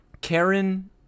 Karen